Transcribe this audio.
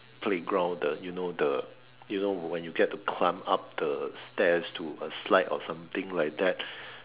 playground the you know the you know when you get to climb up the stairs to a slide or something like that